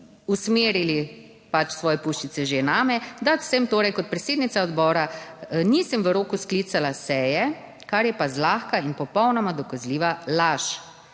usmerili pač svoje puščice že name, da sem torej kot predsednica odbora, nisem v roku sklicala seje, kar je pa zlahka in popolnoma dokazljiva laž.